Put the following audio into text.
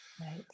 Right